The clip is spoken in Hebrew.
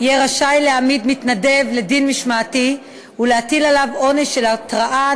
יהיה רשאי להעמיד מתנדב לדין משמעתי ולהטיל עליו עונש של התראה,